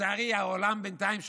לצערי העולם בינתיים שותק,